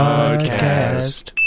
Podcast